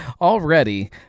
already